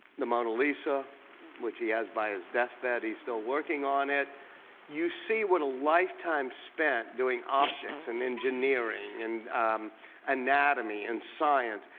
the mona lisa which he has by his deathbed, he's still working on it you see what a lifetime spent doing optics and engineering and anatomy and science,